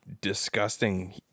disgusting